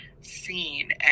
seen